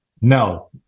No